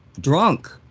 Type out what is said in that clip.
drunk